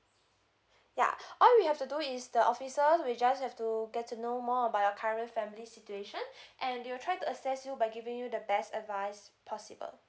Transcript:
yeah all you have to do is the officers will just have to get to know more about your current family situation and they'll try to assess you by giving you the best advice possible